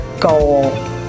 goal